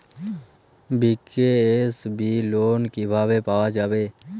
BKSB loan কিভাবে পাওয়া যাবে?